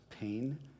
pain